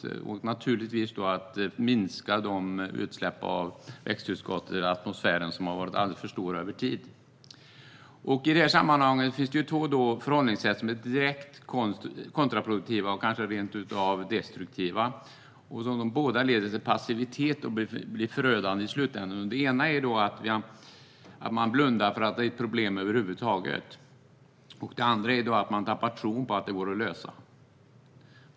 Vi måste naturligtvis minska de utsläpp av växthusgaser i atmosfären som har varit alldeles för stora över tid. I detta sammanhang finns det två förhållningssätt som är direkt kontraproduktiva och kanske rent av destruktiva. Båda leder till passivitet och får förödande konsekvenser i slutändan. Det ena är att man blundar för att det är ett problem över huvud taget. Det andra är att man tappar tron på att det går att lösa.